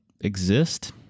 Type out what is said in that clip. exist